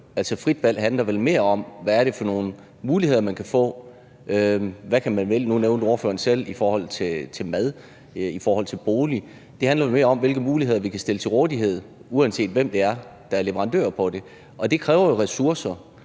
frit valg handler vel mere om, hvad det er for nogle muligheder, man kan få. Nu nævnte ordføreren selv mad og bolig. Det handler vel mere om, hvilke muligheder vi kan stille til rådighed, uanset hvem det er, der er leverandør på det, og det kræver jo ressourcer.